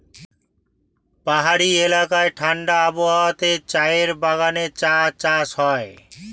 পাহাড়ি এলাকায় ঠাণ্ডা আবহাওয়াতে চায়ের বাগানে চা চাষ হয়